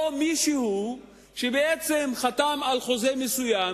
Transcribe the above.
או מישהו שבעצם חתם על חוזה מסוים,